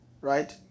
right